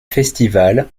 festivals